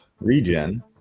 regen